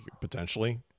Potentially